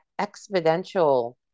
exponential